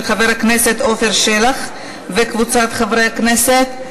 של חבר הכנסת עפר שלח וקבוצת חברי הכנסת.